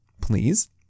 please